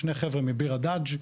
שני חבר'ה מביר הדאג'.